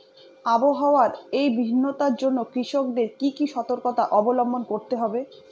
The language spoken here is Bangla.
আবহাওয়ার এই ভিন্নতার জন্য কৃষকদের কি কি সর্তকতা অবলম্বন করতে হবে?